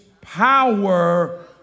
power